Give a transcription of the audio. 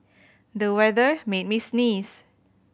the weather made me sneeze